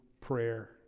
prayer